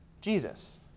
Jesus